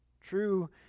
True